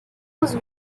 was